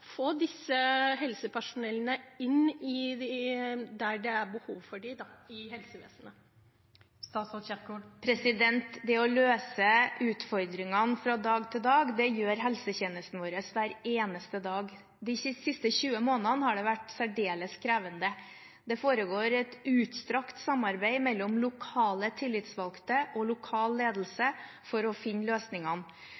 få dette helsepersonellet inn der det er behov for dem i helsevesenet? Det å løse utfordringene fra dag til dag gjør helsetjenestene våre hver eneste dag. De siste 20 månedene har det vært særdeles krevende. Det foregår et utstrakt samarbeid mellom lokale tillitsvalgte og lokal ledelse